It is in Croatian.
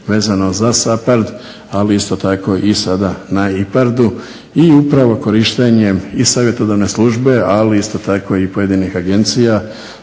vezano za SAPARD, ali isto tako i sada na IPARD-u i upravo korištenjem i savjetodavne službe, ali isto tako i pojedinih agencija